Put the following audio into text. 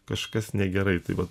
kažkas negerai tai vat